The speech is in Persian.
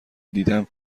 دیدم